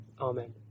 Amen